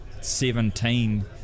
seventeen